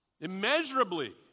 immeasurably